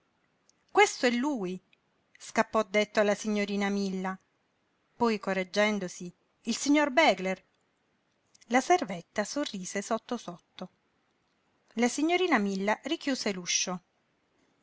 risposta quest'è lui scappò detto alla signorina milla poi correggendosi il signor begler la servetta sorrise sotto sotto la signorina milla richiuse